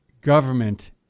government